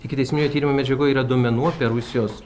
ikiteisminio tyrimo medžiagoj yra duomenų apie rusijos